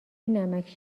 نمکـ